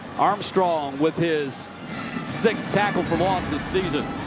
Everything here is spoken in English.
armstrong. with his sixth tackle for loss this season.